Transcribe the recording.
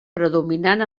predominant